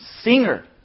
singer